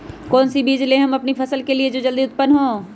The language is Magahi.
कौन सी बीज ले हम अपनी फसल के लिए जो जल्दी उत्पन हो?